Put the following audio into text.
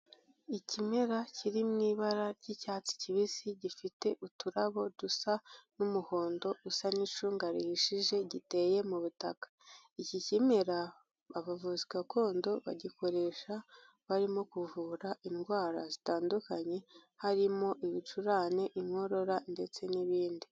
Ikimera kiri mu ibara ry'icyatsi kibisi, gifite uturabo dusa n'umuhondo usa n'icunga rihishije, giteye mu butaka. Iki kimera abavuzi gakondo bagikoresha barimo kuvura indwara zitandukanye harimo: ibicurane, inkorora ndetse n'ibindi.